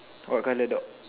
what colour dog